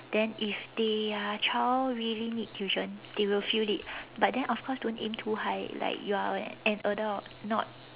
then if their child really need tuition they will feel it but then of course don't aim too high like you are an adult not